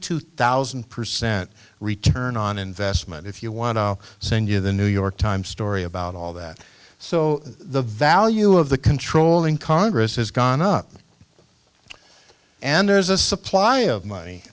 two thousand percent return on investment if you want i'll send you the new york times story about all that so the value of the controlling congress has gone up and there's a supply of